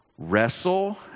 wrestle